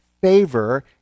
favor